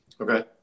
Okay